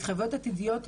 התחייבויות עתידיות,